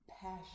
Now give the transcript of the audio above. passion